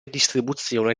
distribuzione